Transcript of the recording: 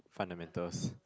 fundamentals